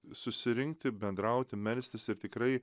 susirinkti bendrauti melstis ir tikrai